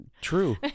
True